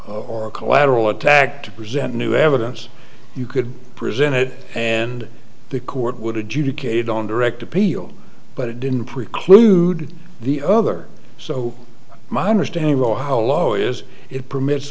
or collateral attack to present new evidence you could present it and the court would adjudicate on direct appeal but it didn't preclude the other so my understandable how low is it permits